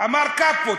אמר קאפו.